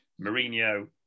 Mourinho